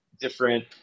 different